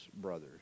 brothers